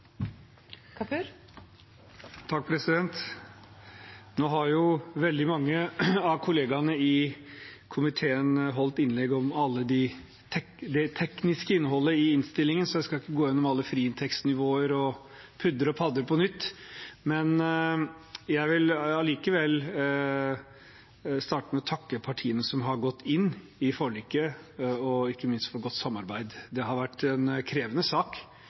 Nå har veldig mange av kollegaene i komiteen holdt innlegg om alt det tekniske innholdet i innstillingen, så jeg skal ikke gå gjennom alle fritekstnivåer og pudder og padder på nytt. Jeg vil likevel starte med å takke partiene som har gått inn i forliket, og ikke minst for godt samarbeid. Det har vært en krevende sak,